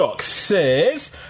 says